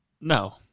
no